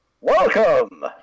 Welcome